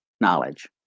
knowledge